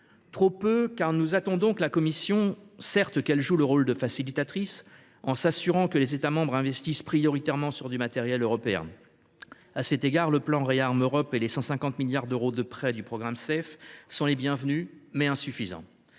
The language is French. En effet, nous attendons de la Commission qu’elle joue le rôle de facilitatrice en s’assurant que les États membres investissent prioritairement dans du matériel européen – à cet égard, le plan ReArm Europe et les 150 milliards d’euros de prêt du programme Safe sont bienvenus, mais insuffisants